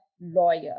lawyer